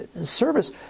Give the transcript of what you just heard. Service